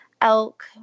Elk